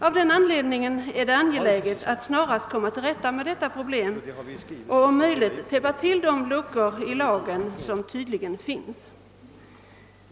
Av den anledningen är det angeläget att snarast komma till rätta med detta problem och om möjligt täppa till de luckor i lagen som tydligen finns.